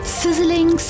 sizzling